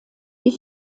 die